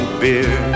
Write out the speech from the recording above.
beer